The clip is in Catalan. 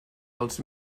els